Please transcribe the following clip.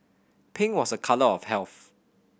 pink was a colour of health